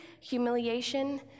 humiliation